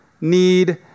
need